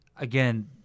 Again